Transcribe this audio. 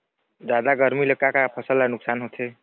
जादा गरमी ले का का फसल ला नुकसान होथे?